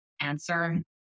answer